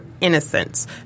innocence